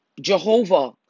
Jehovah